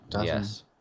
Yes